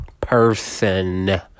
person